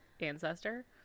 ancestor